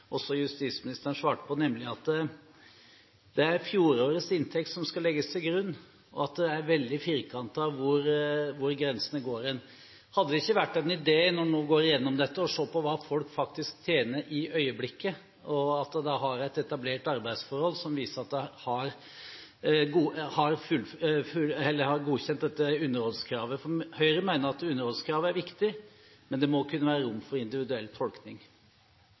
også justisministeren svarte på, nemlig at det er fjorårets inntekt som skal legges til grunn, og at det er veldig firkantet hvor grensene går. Hadde det ikke vært en idé – når en nå går gjennom dette – å se på hva folk faktisk tjener i øyeblikket, at de har et etablert arbeidsforhold som viser at de har oppfylt dette underholdskravet? Høyre mener at underholdskravet er viktig, men det må være rom for individuell tolkning.